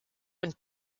und